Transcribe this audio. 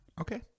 Okay